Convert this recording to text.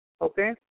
Okay